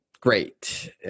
great